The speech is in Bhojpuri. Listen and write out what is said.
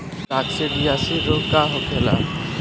काकसिडियासित रोग का होखेला?